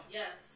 yes